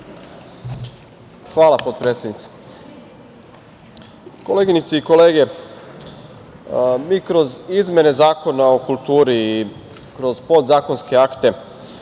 Hvala, potpredsednice. Koleginice i kolege, mi kroz izmene Zakona o kulturi i kroz podzakonske akte